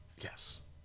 Yes